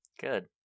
Good